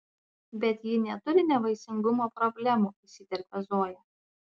bet ji neturi nevaisingumo problemų įsiterpia zoja